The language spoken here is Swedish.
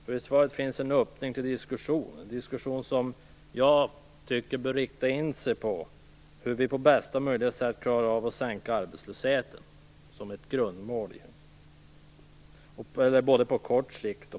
Det innehåller en öppning till diskussion, en diskussion som jag anser bör inriktas på hur vi på bästa möjliga sätt skall klara av att sänka arbetslösheten på både kort och lång sikt.